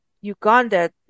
Uganda